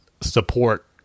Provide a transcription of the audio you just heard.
support